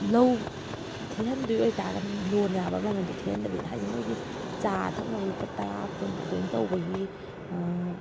ꯊꯤꯍꯟꯗꯣꯏ ꯑꯣꯏ ꯇꯥꯔꯒꯅ ꯂꯣꯅ ꯌꯥꯕ ꯃꯃꯟꯗꯣ ꯊꯤꯍꯟꯗꯕꯤ ꯍꯥꯏꯗꯤ ꯃꯣꯏꯒꯤ ꯆꯥ ꯊꯛꯅꯕ ꯂꯨꯄꯥ ꯇꯔꯥ ꯀꯨꯟ ꯑꯗꯨꯃꯥꯏꯅ ꯇꯧꯕꯒꯤ